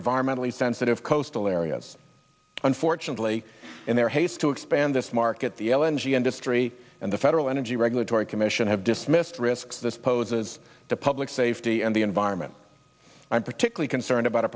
environmentally sensitive coastal areas unfortunately in their haste to expand this market the l n g industry and the federal energy regulatory commission have dismissed risks this poses to public safety and the environment i'm particularly concerned about